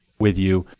with you.